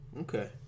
okay